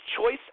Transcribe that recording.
choice